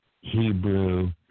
Hebrew